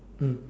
mm